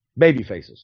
babyfaces